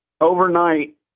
Overnight